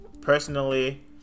Personally